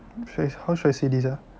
how should I say this ah